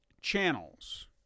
channels